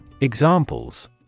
Examples